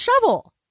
shovel